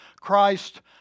Christ